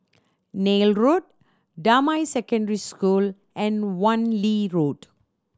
Neil Road Damai Secondary School and Wan Lee Road